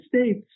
States